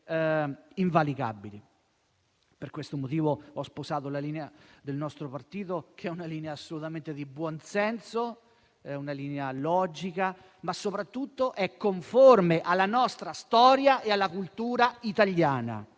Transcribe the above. Per questo motivo ho sposato la linea del nostro partito che è assolutamente di buon senso: è una linea logica, ma soprattutto è conforme alla nostra storia e alla cultura italiana.